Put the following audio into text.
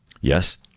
Yes